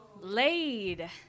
laid